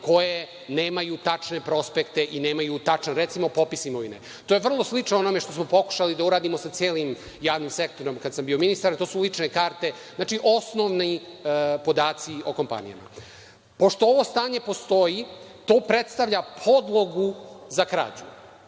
koje nemaju tačne prospekte i nemaju tačan, recimo popis imovine. To je vrlo slično onome što smo pokušali da uradimo sa celim javnim sektorom kada sam bio ministar, to su lične karte. Znači, osnovni podaci o kompanijama. Pošto ovo stanje postoji, to predstavlja podlogu za krađu.